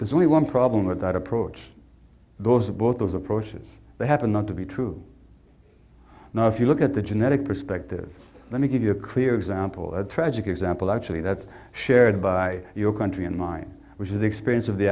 there's only one problem with that approach both of both those approaches they happen not to be true now if you look at the genetic perspective let me give you a clear example a tragic example actually that's shared by your country and mine which is the experience of the